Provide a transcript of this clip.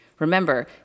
Remember